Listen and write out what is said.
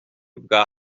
bwa